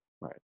right